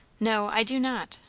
no, i do not.